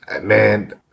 man